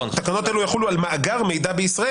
תקנות אלו יחולו על מאגר מידע בישראל,